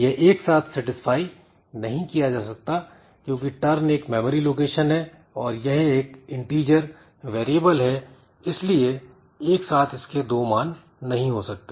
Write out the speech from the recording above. यह एक साथ सेटिस्फाई नहीं किया जा सकता क्योंकि turn एक मेमोरी लोकेशन है और यह एक इंटिजर वेरिएबल है इसलिए एक साथ इसके दो मान नहीं हो सकते